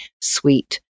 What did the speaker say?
sweet